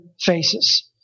faces